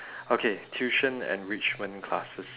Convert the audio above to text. okay tuition enrichment classes